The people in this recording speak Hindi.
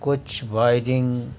कुछ वाइरिंग